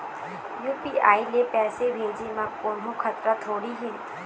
UPI ले पैसे भेजे म कोन्हो खतरा थोड़ी हे?